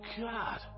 God